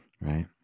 right